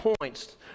points